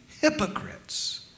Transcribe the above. hypocrites